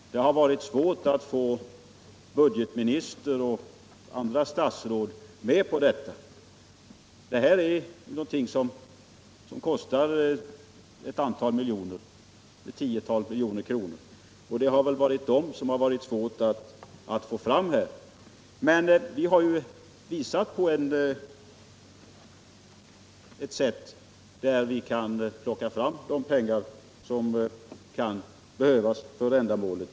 Har det inte varit svårt att få budgetministern och andra statsråd med på detta? Detta är en sak som kostar ett tiotal milj.kr., och det har väl varit svårt att få fram dem. Men vi kan visa på ett sätt, med vars hjälp vi kan plocka fram de pengar som kan behövas för ändamålet.